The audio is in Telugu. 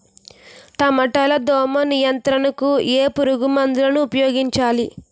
టమాటా లో దోమ నియంత్రణకు ఏ పురుగుమందును ఉపయోగించాలి?